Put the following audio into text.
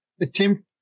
attempt